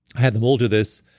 i had them all do this,